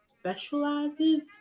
specializes